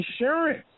insurance